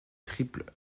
triple